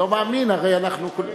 לא מאמין, הרי אנחנו,